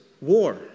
war